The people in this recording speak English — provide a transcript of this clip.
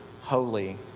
holy